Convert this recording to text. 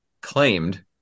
claimed